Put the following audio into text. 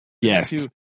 Yes